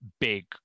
big